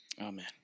Amen